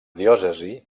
diòcesi